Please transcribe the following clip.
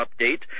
update